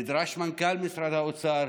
נדרש מנכ"ל משרד האוצר,